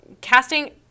casting